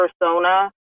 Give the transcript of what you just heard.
persona